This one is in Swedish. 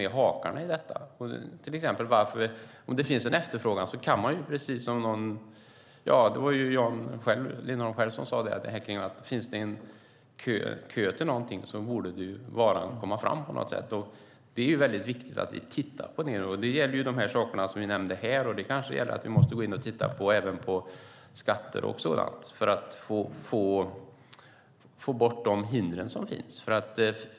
Jan Lindholm sade till exempel själv att om det finns en efterfrågan på och en kö till någonting så borde varan komma fram på något sätt. Det är väldigt viktigt att vi tittar på de saker vi nämnde här. Vi kanske även måste gå in och titta på skatter och sådant för att få bort de hinder som finns.